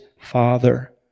Father